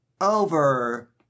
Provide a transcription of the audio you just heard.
over